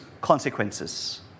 consequences